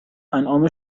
انعام